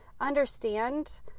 understand